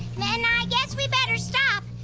then ah i guess we better stop.